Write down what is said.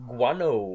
Guano